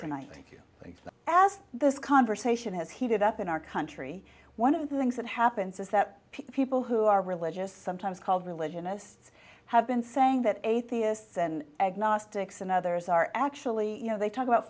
tonight as this conversation has heated up in our country one of the things that happens is that people who are religious sometimes called religionists have been saying that atheists and agnostics and others are actually you know they talk about